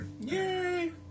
Yay